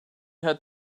had